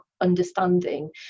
understanding